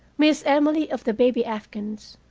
miss emily, of the baby afghans,